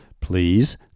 please